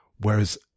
Whereas